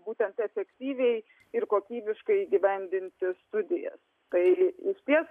būtent efektyviai ir kokybiškai įgyvendinti studijas tai išties